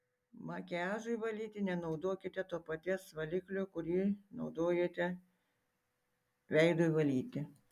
makiažui valyti nenaudokite to paties valiklio kurį naudojate veidui valyti